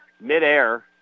midair